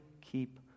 keep